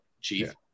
chief